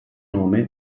nome